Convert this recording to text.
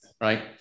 right